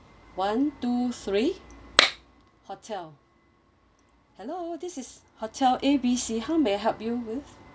one two three hotel hello this is hotel A B C how may I help you with